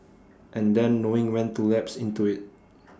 and then knowing when to lapse into IT